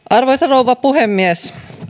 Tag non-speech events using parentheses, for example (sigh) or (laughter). (unintelligible) arvoisa rouva puhemies